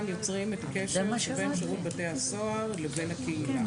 יוצרים את הקשר בין שירות בתי הסוהר לבין הקהילה,